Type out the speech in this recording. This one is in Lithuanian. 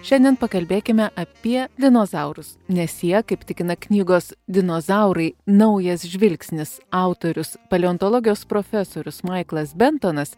šiandien pakalbėkime apie dinozaurus nes jie kaip tikina knygos dinozaurai naujas žvilgsnis autorius paleontologijos profesorius maiklas bentonas